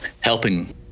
helping